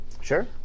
Sure